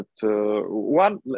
One